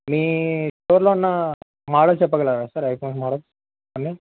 మీ స్టోర్లో ఉన్న మోడల్స్ చెప్పగలరా సార్ ఐఫోన్ మోడల్స్ కొన్ని